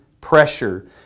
pressure